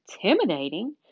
intimidating